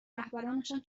رهبرانشان